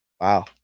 wow